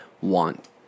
want